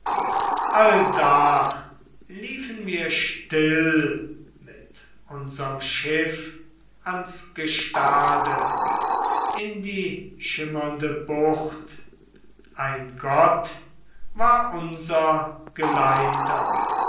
allda liefen wir still mit unserm schiff ans gestade in die schirmende bucht ein gott war unser geleiter